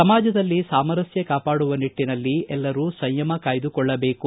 ಸಮಾಜದಲ್ಲಿ ಸಾಮರಸ್ಯ ಕಾಪಾಡುವ ನಿಟ್ಲಿನಲ್ಲಿ ಎಲ್ಲರೂ ಸಂಯಮ ಕಾಯ್ದುಕೊಳ್ಳಬೇಕು